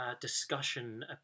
discussion